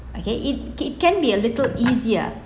okay it it can be a little easier